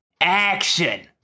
Action